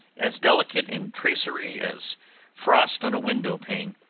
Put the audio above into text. as delicate in tracery as frost on a window pane.